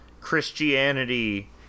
christianity